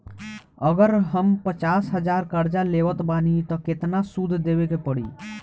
अगर हम पचास हज़ार कर्जा लेवत बानी त केतना सूद देवे के पड़ी?